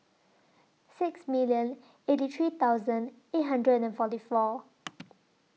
sixty million eighty three thousand eight hundred and forty four